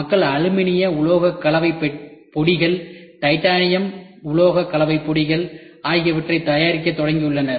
மக்கள் அலுமினிய உலோகக் கலவைப் பொடிகள் டைட்டானியம் உலோகக் கலவைப் பொடிகள் ஆகியவற்றை தயாரிக்கத் தொடங்கியுள்ளனர்